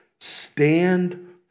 stand